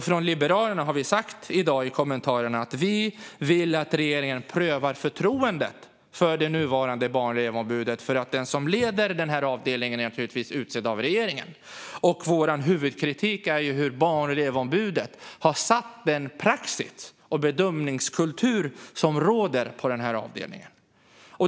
Från Liberalerna har vi sagt i dag i kommentarerna att vi vill att regeringen prövar förtroendet för det nuvarande Barn och elevombudet, eftersom den som leder den här avdelningen naturligtvis är utsedd av regeringen. Vår huvudkritik gäller hur Barn och elevombudet har satt den praxis och den bedömningskultur som råder på avdelningen.